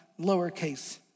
lowercase